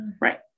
Right